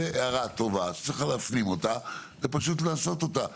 זו הערה טובה שאת צריכה להפנים אותה ולעשות אותה.